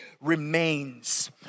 remains